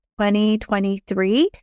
2023